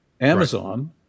Amazon